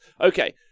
Okay